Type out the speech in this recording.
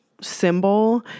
symbol